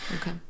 Okay